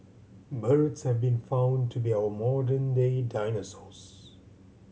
birds have been found to be our modern day dinosaurs